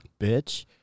Bitch